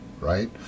right